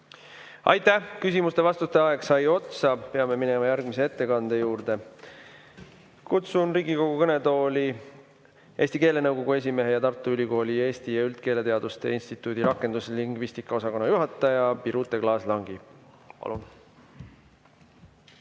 Aitäh! Küsimuste ja vastuste aeg sai otsa, peame minema järgmise ettekande juurde. Kutsun Riigikogu kõnetooli Eesti keelenõukogu esimehe ja Tartu Ülikooli eesti ja üldkeeleteaduste instituudi rakenduslingvistika osakonna juhataja Birute Klaas-Langi. Palun!